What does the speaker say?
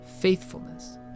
faithfulness